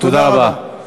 תודה רבה.